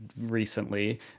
recently